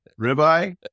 ribeye